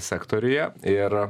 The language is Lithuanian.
sektoriuje ir